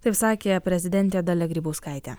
taip sakė prezidentė dalia grybauskaitė